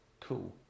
cool